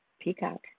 Peacock